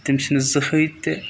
تِم چھِنہٕ زٕہٕنۍ تہِ